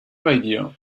radio